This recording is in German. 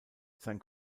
sein